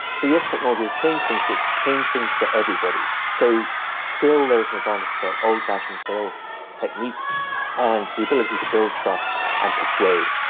so yes, technology has changed things, but it has changed things for everybody. so still there is an advantage for old-fashioned sales techniques and the ability to build trust and persuade.